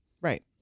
Right